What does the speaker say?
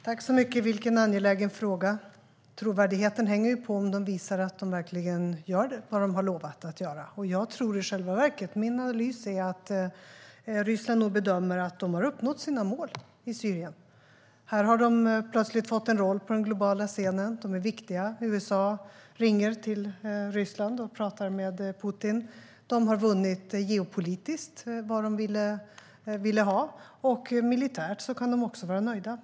Herr talman! Vilken angelägen fråga! Trovärdigheten hänger på om Ryssland visar att de verkligen gör det som de har lovat att göra. Min analys är att Ryssland nog bedömer att de har uppnått sina mål i Syrien. Här har de plötsligt fått en roll på den globala scenen. De är viktiga. USA ringer till Ryssland och talar med Putin. De har geopolitiskt vunnit det som de ville ha. Militärt kan de också vara nöjda.